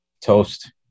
Toast